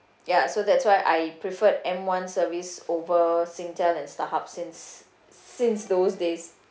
ya so that's why I preferred M one service over singtel and starhub since since those days